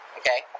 okay